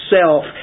self